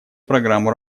программу